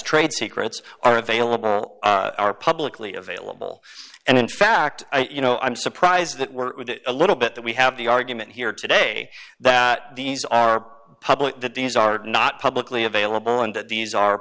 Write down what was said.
trade secrets are available are publicly available and in fact you know i'm surprised that we're a little bit that we have the argument here today that these are public that these are not publicly available and that these are